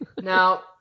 Now